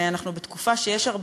ואנחנו בתקופה שיש,